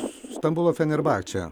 stambulo fenerbahčė